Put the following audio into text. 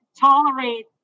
tolerate